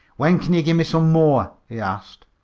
when kin ye give me some more? he asked.